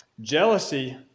Jealousy